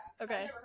Okay